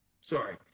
Sorry